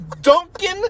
Duncan